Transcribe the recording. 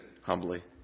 humbly